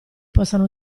possano